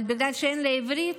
אבל בגלל שאין לה עברית,